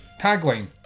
Tagline